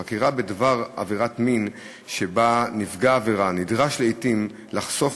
חקירה בדבר עבירת מין שבה נפגע עבירה נדרש לעתים לחשוף